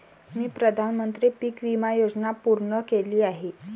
मी प्रधानमंत्री पीक विमा योजना पूर्ण केली आहे